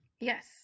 Yes